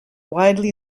widely